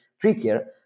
trickier